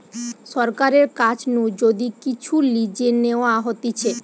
সরকারের কাছ নু যদি কিচু লিজে নেওয়া হতিছে